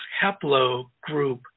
haplogroup